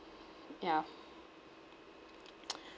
yeah